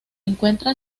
encuentra